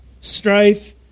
Strife